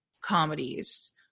comedies